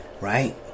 Right